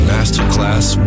Masterclass